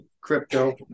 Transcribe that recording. Crypto